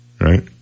right